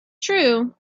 true